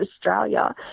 Australia